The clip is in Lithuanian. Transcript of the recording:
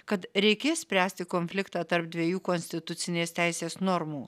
kad reikės spręsti konfliktą tarp dviejų konstitucinės teisės normų